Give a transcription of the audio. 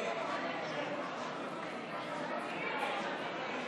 חבר הכנסת יואב קיש,